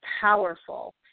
powerful